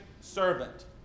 servant